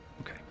Okay